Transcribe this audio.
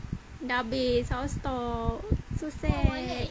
dah habis out of stock so sad